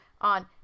on